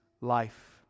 life